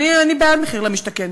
אני בעד מחיר למשתכן,